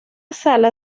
sala